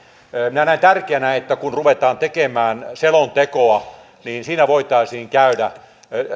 minä näen tärkeänä että kun ruvetaan tekemään selontekoa niin siinä voitaisiin käydä